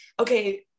okay